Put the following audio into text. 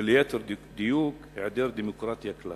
וליתר דיוק, העדר דמוקרטיה בכלל